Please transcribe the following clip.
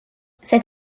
cet